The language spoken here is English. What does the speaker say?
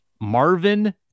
Marvin